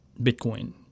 Bitcoin